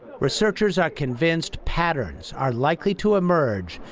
researchers are convinced patterns are likely to emerge,